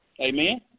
Amen